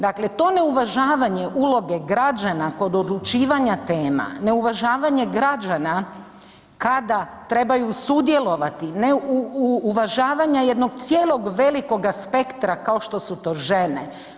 Dakle, to neuvažavanje uloge građana kod odlučivanja tema, neuvažavanje građana kada trebaju sudjelovati, neuvažavanja jednog cijelog velikoga spektra kao što su to žene.